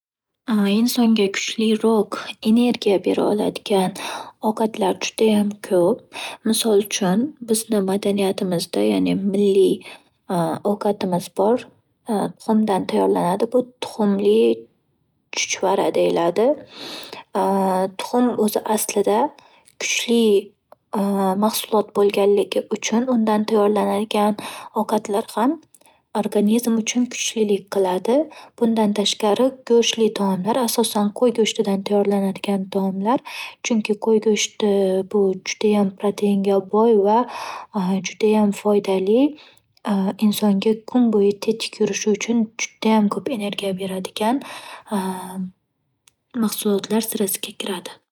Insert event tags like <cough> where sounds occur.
<hesitation> Insonga kuchliroq energiya bera oladigan ovqatlar judayam ko'p. Misol uchun, bizni madaniyatimizda, ya'ni milliy <hesitation> ovqatimiz bor. <hesitation> Tuxumdan tayyorlanadi. Bu tuxumli chuchvara deyiladi. <hesitation> Tuxum o'zi aslida kuchli <hesitation> mahsulot bo'lganligi uchun undan tayyorlanadigan ovqatlar ham organizm uchun kuchlilik qiladi. Bundan tashqari, go'shtli taomlar asosan, qo'y go'shtidan tayyorlangan taomlar. Chunki qo'y go'shti bu judayam proteinga boy va <hesitation> judayam foydali. <hesitation> Insonga kun bo'yi tetik yurishi uchun judayam ko'p energiya beradigan <hesitation> mahsulotlar sirasiga kiradi.